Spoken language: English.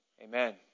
Amen